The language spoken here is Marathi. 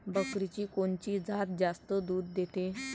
बकरीची कोनची जात जास्त दूध देते?